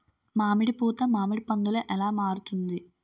మామిడి పూత మామిడి పందుల ఎలా మారుతుంది?